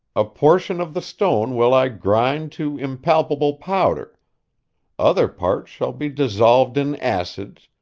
a portion of the stone will i grind to impalpable powder other parts shall be dissolved in acids,